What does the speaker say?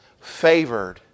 favored